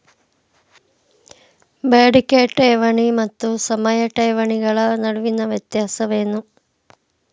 ಬೇಡಿಕೆ ಠೇವಣಿ ಮತ್ತು ಸಮಯ ಠೇವಣಿಗಳ ನಡುವಿನ ವ್ಯತ್ಯಾಸವೇನು?